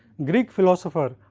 greek philosopher,